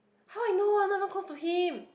how I know I'm not even close to him